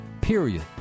period